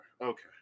Okay